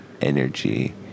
energy